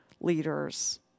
leaders